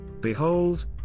Behold